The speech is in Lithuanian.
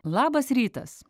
labas rytas